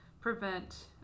prevent